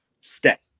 step